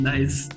Nice